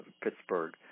Pittsburgh